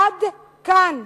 עד כאן.